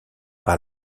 par